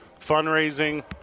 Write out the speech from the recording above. fundraising